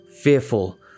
fearful